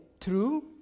True